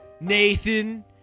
Nathan